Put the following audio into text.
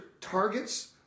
targets